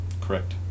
Correct